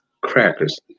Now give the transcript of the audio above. Crackers